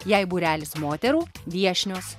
jei būrelis moterų viešnios